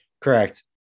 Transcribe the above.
Correct